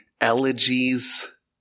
elegies